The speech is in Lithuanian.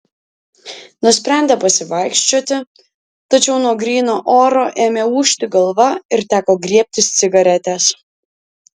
nusprendė pasivaikščioti tačiau nuo gryno oro ėmė ūžti galva ir teko griebtis cigaretės